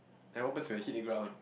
and what happens when I hit the ground